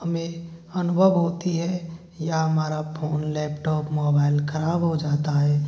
हमें अनुभव होती है या हमारा फोन लैपटॉप मोबाइल खराब हो जाता है